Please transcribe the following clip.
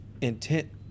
intent